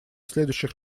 следующих